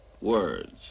words